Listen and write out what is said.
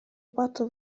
quattro